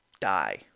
die